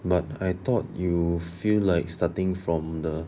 but I thought you feel like starting from the